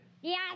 Yes